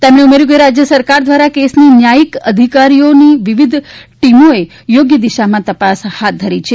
તેમણે ઉમેર્યૂં કે રાજ્ય સરકાર દ્વારા કેસની ન્યાયિક તપાસ માટે પોલીસ અધિકારીઓની વિવિધ ટીમોએ યોગ્ય દિશામાં તપાસ હાથ ધરી છે